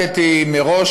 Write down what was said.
שהתלבטתי מראש,